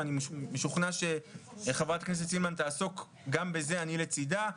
ואני משוכנע שחה"כ סילמן תעסוק גם בזה ואני לצידה,